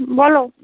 বলো